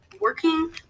working